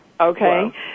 Okay